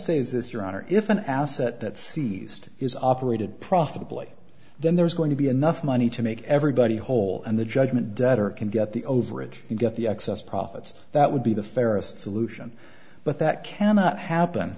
say is this your honor if an asset that seized is operated profitably then there's going to be enough money to make everybody whole and the judgment debtor can get the overage can get the excess profits that would be the fairest solution but that cannot happen